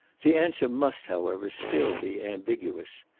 the answer must, however, still be ambiguous.